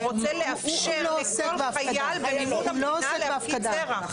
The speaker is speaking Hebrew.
הוא רוצה לאפשר לכל חייל במימון המדינה להפקיד זרע.